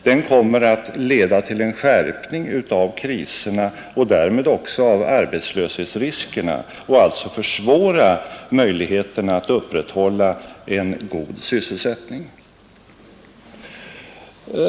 Den kommer att leda till en skärpning av kriserna och därmed också av arbetslöshetsriskerna och alltså försvåra möjligheterna att upprätthålla en god sysselsättning.